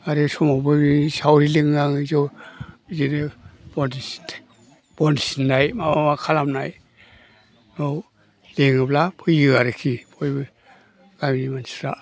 आरो समावबो सावरि लिङो आङो ज' बिदिनो बन सिननो बन सिननाय माबा खालामनाय औ लिङोब्ला फैयो आरोखि बयबो गामिनि मानसिफ्रा